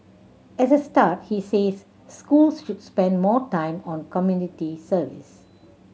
as a start he says schools should spend more time on community service